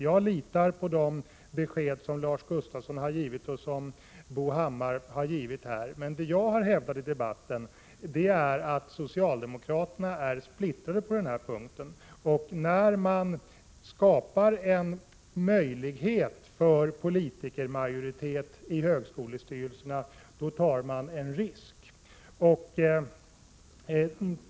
Jag litar på de besked som Lars Gustafsson och Bo Hammar givit här. Men vad jag hävdat i debatten är att socialdemokraterna är splittrade på den här punkten. När man skapar en möjlighet för politikermajoritet i högskolestyrelserna tar man en risk.